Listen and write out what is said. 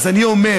אז אני אומר,